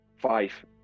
Five